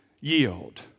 yield